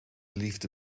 liefde